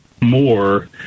more